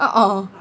uh uh